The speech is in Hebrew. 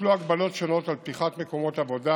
הוטלו הגבלות שונות על פתיחת מקומות עבודה